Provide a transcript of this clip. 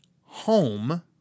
home